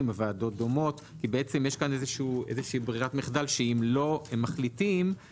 או ועדות דומות כי יש פה ברירת מחדל שאם לא הם מחליטים,